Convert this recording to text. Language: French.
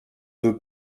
veut